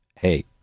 hey